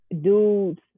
dudes